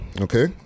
Okay